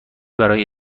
برای